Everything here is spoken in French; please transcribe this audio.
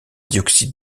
dioxyde